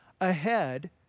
ahead